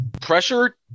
pressure